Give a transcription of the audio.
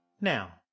Now